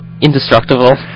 Indestructible